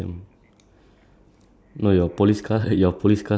no mine is live tonight yours is yang one night only